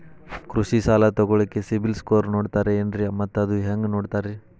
ಕೃಷಿ ಸಾಲ ತಗೋಳಿಕ್ಕೆ ಸಿಬಿಲ್ ಸ್ಕೋರ್ ನೋಡ್ತಾರೆ ಏನ್ರಿ ಮತ್ತ ಅದು ಹೆಂಗೆ ನೋಡ್ತಾರೇ?